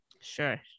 Sure